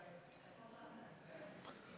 הרווחה והבריאות נתקבלה.